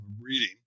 reading